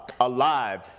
alive